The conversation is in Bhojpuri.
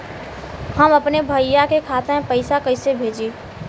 हम अपने भईया के खाता में पैसा कईसे भेजी?